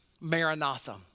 Maranatha